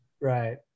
Right